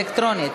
אלקטרונית.